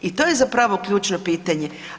I to je zapravo ključno pitanje.